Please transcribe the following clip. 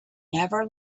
never